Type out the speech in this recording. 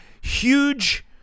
huge